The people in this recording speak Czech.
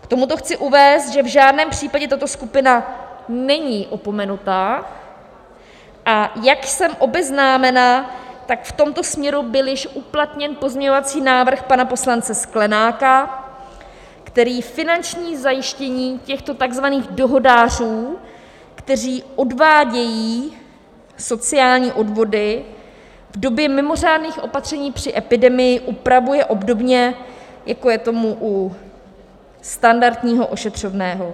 K tomuto chci uvést, že v žádném případě tato skupina není opomenuta, a jak jsem obeznámena, tak v tomto směru byl již uplatněn pozměňovací návrh pana poslance Sklenáka, který finanční zajištění těchto takzvaných dohodářů, kteří odvádějí sociální odvody, v době mimořádných opatření při epidemii upravuje obdobně, jako je tomu u standardního ošetřovného.